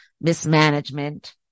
mismanagement